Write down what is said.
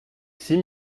six